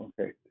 Okay